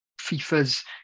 FIFA's